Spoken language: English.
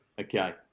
okay